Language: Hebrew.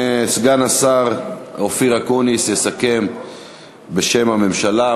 סגן השר אופיר אקוניס יסכם בשם הממשלה,